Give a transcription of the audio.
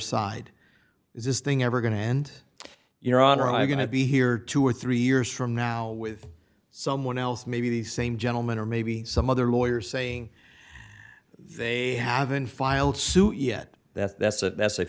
side is this thing ever going to end your honor i'm going to be here two or three years from now with someone else maybe the same gentleman or maybe some other lawyer saying they haven't filed suit yet that that's a that's a